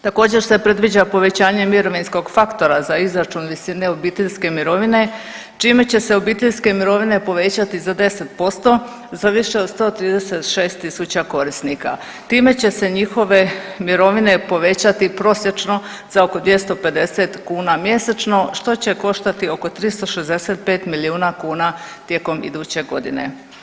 Također se predviđa povećanje mirovinskog faktora za izračun visine obiteljske mirovine čime će se obiteljske mirovine povećati za 10% za više od 136 tisuća korisnika time će se njihove mirovine povećati prosječno za oko 250 kuna mjesečno što će koštati oko 365 milijuna kuna tijekom iduće godine.